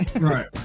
Right